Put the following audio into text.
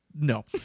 No